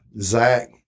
Zach